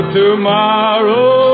tomorrow